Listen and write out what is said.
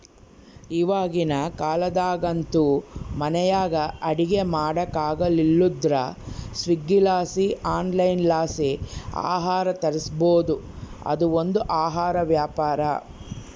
ಇವಾಗಿನ ಕಾಲದಾಗಂತೂ ಮನೆಯಾಗ ಅಡಿಗೆ ಮಾಡಕಾಗಲಿಲ್ಲುದ್ರ ಸ್ವೀಗ್ಗಿಲಾಸಿ ಆನ್ಲೈನ್ಲಾಸಿ ಆಹಾರ ತರಿಸ್ಬೋದು, ಅದು ಒಂದು ಆಹಾರ ವ್ಯಾಪಾರ